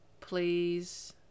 please